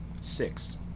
six